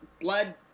blood